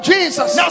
Jesus